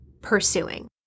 pursuing